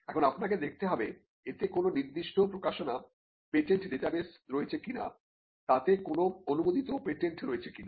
এখন আপনাকে দেখতে হবে এতে কোনো নির্দিষ্ট প্রকাশনা পেটেন্ট ডেটাবেস রয়েছে কিনা তাতে কোন অনুমোদিত পেটেন্ট রয়েছে কিনা